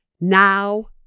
Now